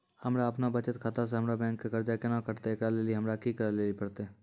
हमरा आपनौ बचत खाता से हमरौ बैंक के कर्जा केना कटतै ऐकरा लेली हमरा कि करै लेली परतै?